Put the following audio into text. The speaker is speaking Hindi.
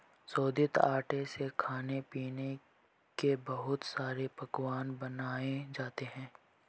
शोधित आटे से खाने पीने के बहुत सारे पकवान बनाये जाते है